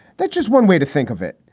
that's just one way to think of it.